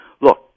look